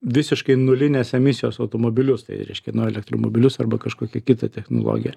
visiškai nulinės emisijos automobilius tai reiškia elektromobilius arba kažkokią kitą technologiją